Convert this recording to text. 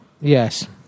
Yes